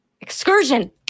Excursion